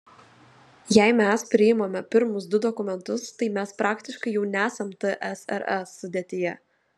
jei mes priimame pirmus du dokumentus tai mes praktiškai jau nesam tsrs sudėtyje